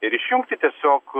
ir išjungti tiesiog